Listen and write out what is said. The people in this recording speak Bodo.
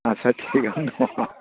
आस्सा थिकानो दं